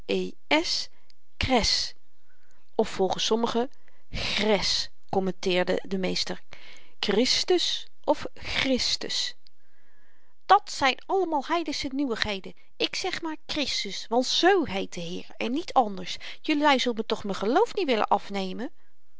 of volgens sommigen gggres kommenteerde de meester krisius of gggristus dat zyn allemaal heidensche nieuwigheden ik zeg maar kristisss want z heet de heer en niet anders jelui zult me toch m'n geloof niet willen afnemen